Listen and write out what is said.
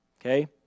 okay